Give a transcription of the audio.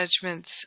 judgments